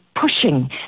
pushing